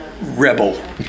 rebel